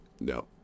No